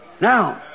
Now